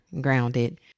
grounded